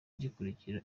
gikurikira